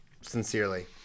Sincerely